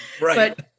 Right